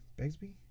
Begsby